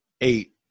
Eight